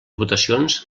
votacions